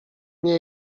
nie